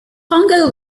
congo